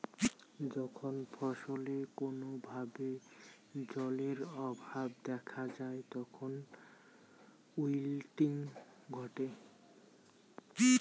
যখন ফছলে কোনো ভাবে জলের অভাব দেখা যায় তখন উইল্টিং ঘটে